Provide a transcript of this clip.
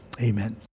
amen